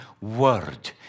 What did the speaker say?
word